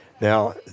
Now